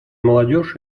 молодежь